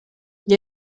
gli